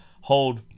hold